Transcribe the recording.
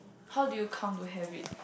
how do you come to have it